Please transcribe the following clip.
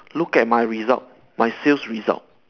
look at my result my sales result